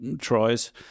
tries